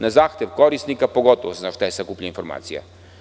Na zahtev korisnikapogotovo se zna šta je sakupljanje informacija.